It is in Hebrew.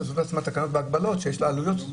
לעשות לעצמה תקנות והגבלות שיש לה עלויות.